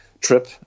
trip